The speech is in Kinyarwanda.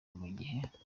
mugihe